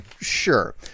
sure